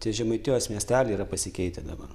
tie žemaitijos miesteliai yra pasikeitę dabar